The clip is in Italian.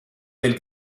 del